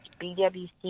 BWC